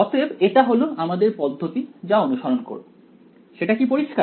অতএব এটা হল আমাদের পদ্ধতি যা অনুসরণ করব সেটা কি পরিষ্কার